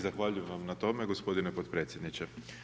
Zahvaljujem vam na tome gospodine potpredsjedniče.